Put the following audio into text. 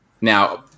Now